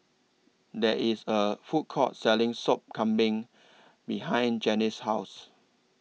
There IS A Food Court Selling Sop Kambing behind Janie's House